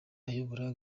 ayobora